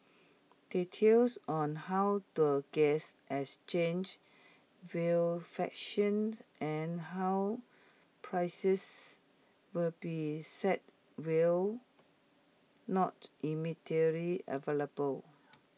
details on how the gas exchange will functioned and how prices will be set will not immediately available